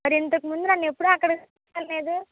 మరి ఇంతకుముందు నన్ను ఎప్పుడూ అక్కడికి తీసుకువెళ్ళలేదే